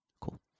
Cool